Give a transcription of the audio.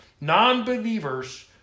non-believers